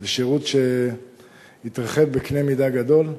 זה שירות שהתרחב בקנה מידה גדול,